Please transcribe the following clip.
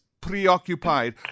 preoccupied